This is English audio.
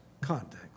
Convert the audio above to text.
context